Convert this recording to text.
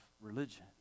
religion